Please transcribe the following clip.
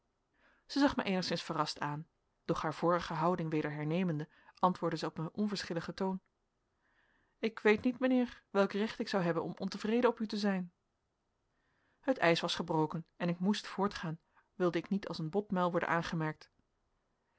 zij zag mij eenigszins verrast aan doch haar vorige houding weder hernemende antwoordde zij op een onverschilligen toon ik weet niet mijnheer welk recht ik zou hebben om ontevreden op u te zijn het ijs was gebroken en ik moest voortgaan wilde ik niet als een botmuil worden aangemerkt